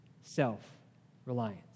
self-reliance